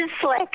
Slick